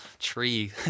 tree